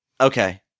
Okay